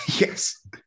Yes